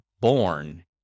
Born